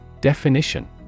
Definition